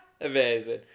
amazing